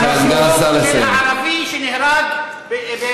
הנה אני מאתגר אותך: מה שמו של הערבי שנהרג בנגב?